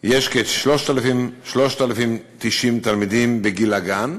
יש כ-3,390 תלמידים בגיל הגן,